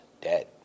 dead